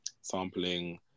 sampling